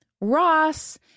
Ross